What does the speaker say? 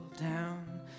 down